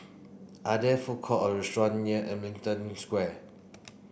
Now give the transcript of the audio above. are there food court or restaurant near Ellington Square